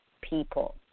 people